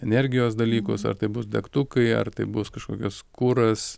energijos dalykus ar tai bus degtukai ar tai bus kažkokis kuras